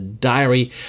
diary